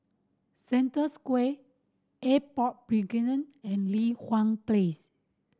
Century Square Airport Boulevard and Li Hwan Place